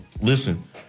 Listen